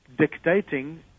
Dictating